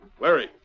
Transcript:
Larry